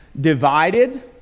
divided